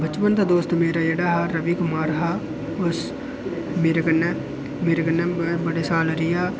बचपन दा दोस्त मेरा जेह्ड़ा रवि कुमार हा उस मेरे कन्नै मेरे कन्नै बड़े साल रेहा